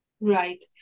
Right